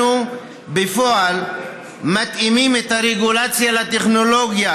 אנחנו בפועל מתאימים את הרגולציה לטכנולוגיה,